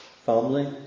family